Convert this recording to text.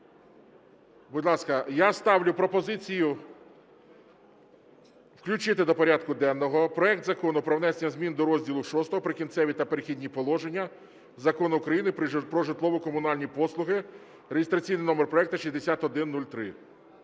Будь ласка, я ставлю пропозицію включити до порядку денного проект Закону про внесення змін до розділу VI "Прикінцеві та перехідні положення" Закону України "Про житлово-комунальні послуги" (реєстраційний номер проекту 6103).